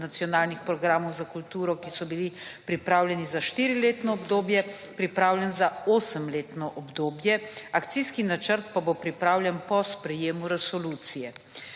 nacionalnih programov za kulturo, ki so bili pripravljeni za štiriletno obdobje, pripravljen za osemletno obdobje. Akcijski načrt pa bo pripravljen po sprejemu resolucije.